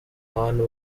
abantu